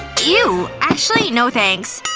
eww. actually, no thanks.